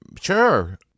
Sure